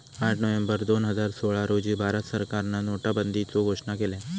आठ नोव्हेंबर दोन हजार सोळा रोजी भारत सरकारान नोटाबंदीचो घोषणा केल्यान